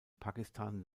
pakistan